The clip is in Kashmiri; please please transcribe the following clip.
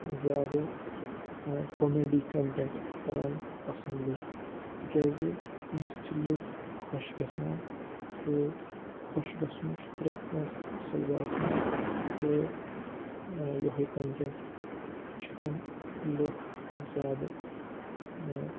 زیادٕ کومیڈی کَنٹٮ۪نٹ کَران پَسنٛد لُکھ تِکیٛازِ اَمہِ سۭتۍ چھِ لُکھ خۄش گَژھان تہٕ خۄش گَژھُن چھُ پرٛٮ۪تھ کٲنٛسہِ اَصٕل باسان تہٕ یِہوٚے کَنٹٮ۪نٛٹ چھِ تِم لٕکھ زیادٕ